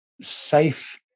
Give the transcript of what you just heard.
safe